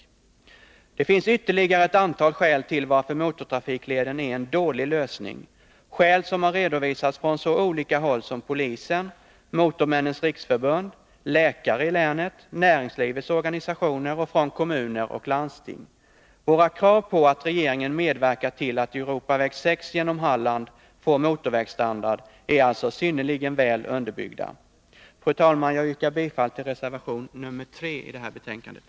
SG | É Politiska Det finns ytterligare ett antal skäl till att motortrafikleden är en dålig åtgärder m.m. lösning, skäl som har redovisats från så olika håll som polisen, Motormän nens riksförbund, läkare i länet, näringslivets organisationer och kommuner och landsting. Våra krav på att regeringen medverkar till att Europaväg 6 genom Halland får motorvägsstandard är alltså synnerligen väl underbyggda. Fru talman! Jag yrkar bifall till reservation 3 i betänkandet.